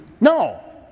No